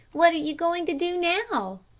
what are you going to do now?